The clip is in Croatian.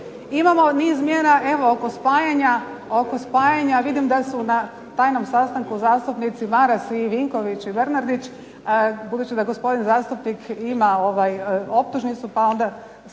Imamo niz mjera, evo oko spajanja, vidim da su na tajnom sastanku zastupnici Maras i Vinković i Bernardić, budući da gospodin zastupnik ima optužnicu, pa onda